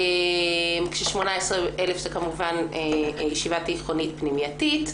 18,000 זו ישיבה תיכונית פנימייתית,